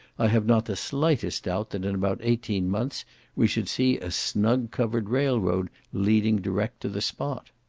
i have not the slightest doubt that in about eighteen months we should see a snug covered rail-road leading direct to the spot.